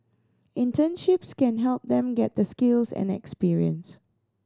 internships can help them get the skills and experience